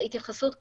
התייחסות קצרה.